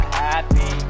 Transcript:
happy